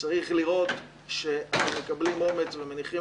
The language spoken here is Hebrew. וצריך לראות שאנחנו מקבלים אומץ ומניחים